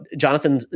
Jonathan